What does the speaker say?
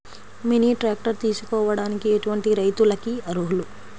Mini tractor తీసుకోవడానికి ఎటువంటి రైతులకి అర్హులు?